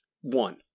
One